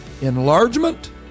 enlargement